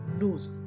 knows